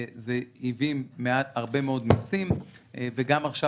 זה הביא להרבה מאוד מסים וגם עכשיו,